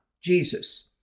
Jesus